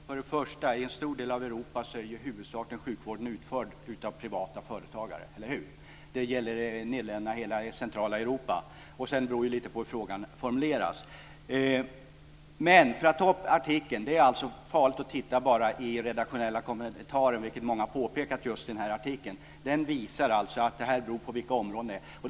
Fru talman! I en stor del av Europa är ju sjukvården huvudsakligen utförd av privata företagare, eller hur? Det gäller Nederländerna och hela centrala Europa. Sedan beror det också lite på hur frågan formuleras. När det gäller artikeln är det farligt att bara titta i den redaktionella kommentaren, vilket många har påpekat just när det gäller den här artikeln. Den visar att det beror på vilka områdena är.